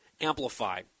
amplify